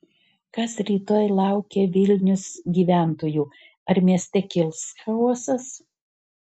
kas rytoj laukia vilnius gyventojų ar mieste kils chaosas